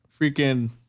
freaking